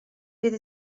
bydd